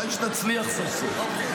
הלוואי שתצליח סוף סוף.